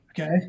Okay